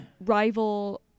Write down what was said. rival